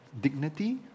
Dignity